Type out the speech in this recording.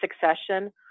succession